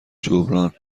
جبران